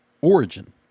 origin